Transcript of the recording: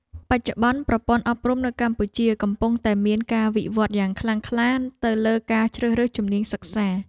បច្ចុប្បន្ន ប្រព័ន្ធអប់រំនៅកម្ពុជាកំពុងតែមានការវិវត្តយ៉ាងខ្លាំងក្លាទៅលើការជ្រើសរើសជំនាញសិក្សា។